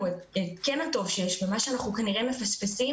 את הטוב שיש במה שאנחנו כנראה מפספסים,